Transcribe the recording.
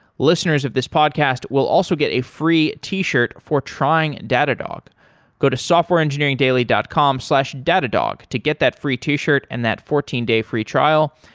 listeners of this podcast will also get a free t-shirt for trying datadog go to softwareengineeringdaily dot com slash datadog to get that free t-shirt and that fourteen day free trial.